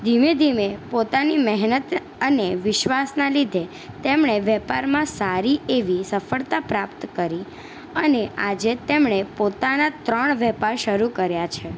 ધીમે ધીમે પોતાની મહેનત અને વિશ્વાસનાં લીધે તેમણે વેપારમાં સારી એવી સફળતા પ્રાપ્ત કરી અને આજે તેમણે પોતાના ત્રણ વેપાર શરૂ કર્યા છે